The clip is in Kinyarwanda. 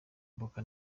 mboka